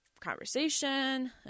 Conversation